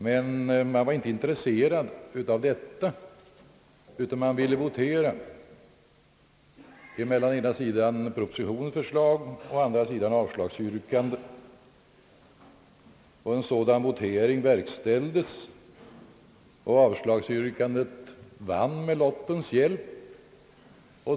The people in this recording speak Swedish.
Det var man emellertid inte intresserad av, utan man ville votera mellan å ena sidan propositionens förslag och å andra sidan avslagsyrkandet. En sådan votering verksiälldes, och avslagsyrkandet vann med lottens hjälp.